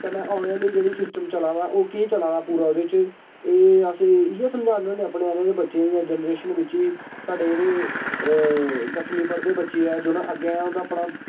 कन्नै औने आह्ली जेह्ड़ी सिस्टम चला दा ओह् केह् चला दा पूरा ओह्दे च एह् अस इ'यै समझान्ने होन्ने अपने आह्ल आह्ल बच्चें गीां जनरेशन बिच्च साढ़े जेह्ड़े दसमीं पढ़दे बच्चे ऐ जिनें अग्गें उंदा अपना